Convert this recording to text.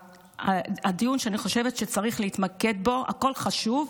הדיון שאני חושבת שצריך להתמקד בו, הכול חשוב,